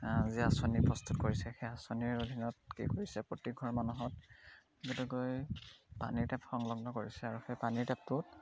যি আঁচনি প্ৰস্তুত কৰিছে সেই আঁচনিৰ অধীনত কি কৰিছে প্ৰতিঘৰ মানুহত যেনেকৈ পানীৰ টেপ সংলগ্ন কৰিছে আৰু সেই পানীৰ টেপটোত